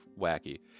wacky